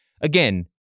again